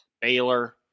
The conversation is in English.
Baylor